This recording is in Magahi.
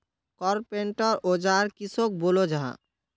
कारपेंटर औजार किसोक बोलो जाहा?